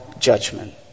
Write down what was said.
judgment